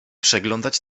przeglądać